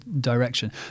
direction